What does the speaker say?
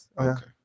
Okay